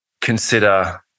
consider